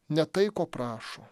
ne tai ko prašo